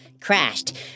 crashed